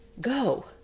go